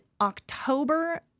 October